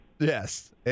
Yes